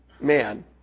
man